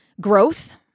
Growth